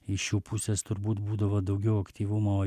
iš jų pusės turbūt būdavo daugiau aktyvumo